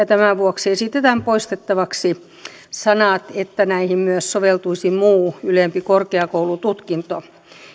tämän vuoksi esitetään poistettavaksi sanat että näihin myös soveltuisi muu ylempi korkeakoulututkinto